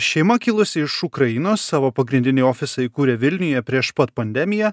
šeima kilusi iš ukrainos savo pagrindinį ofisą įkūrė vilniuje prieš pat pandemiją